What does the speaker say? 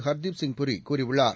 ஹர்தீப் சிங் பூரி கூறியுள்ளார்